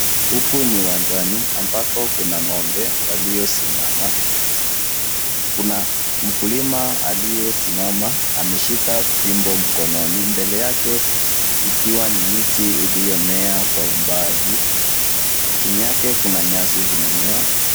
Huku ni uwanjani ambako kuna ng'ombe waliosimama. Kuna mkulima aliyesimama ameshika fimbo mkononi, mbele yake ikiwa ni miti iliyomea kwa umbali. Chini yake kuna nyasi zimemea.